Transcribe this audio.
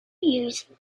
used